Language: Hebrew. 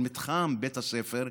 למתחם בית הספר,